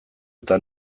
eta